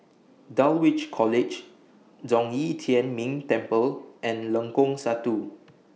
Dulwich College Zhong Yi Tian Ming Temple and Lengkong Satu